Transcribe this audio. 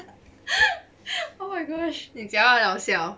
oh my gosh 你讲到很好笑